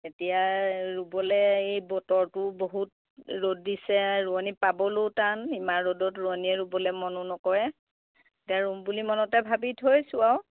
এতিয়া ৰুবলৈ এই বতৰটোও বহুত ৰ'দ দিছে ৰুৱনি পাবলৈও টান ইমান ৰ'দত ৰোৱনীয়ে ৰুবলৈ মনো নকৰে এতিয়া ৰুম বুলি মনতে ভাবি থৈছোঁ আৰু